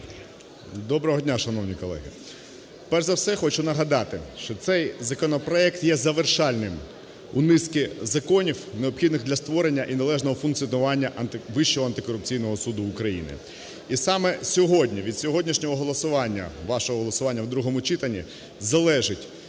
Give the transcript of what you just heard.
Доброго дня, шановні колеги. Перш за все, хочу нагадати, що цей законопроект є завершальним у низки законів, необхідних для створення і належного функціонування Вищого антикорупційного суду України. І саме сьогодні від сьогоднішнього голосування, вашого голосування в другому читанні залежить,